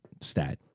stat